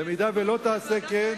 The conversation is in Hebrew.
במידה שלא תעשה כן,